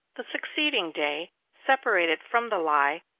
the succeeding day, separate it from the lye,